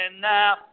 now